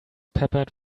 peppered